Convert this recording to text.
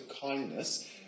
kindness